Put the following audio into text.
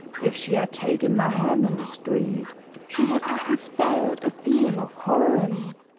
if she had taken my hand in the street she would have inspired a feeling of horror in me,